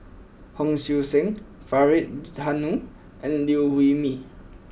Hon Sui Sen Faridah Hanum and Liew Wee Mee